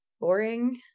boring